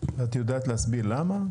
את יודעת להסביר למה?